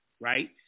right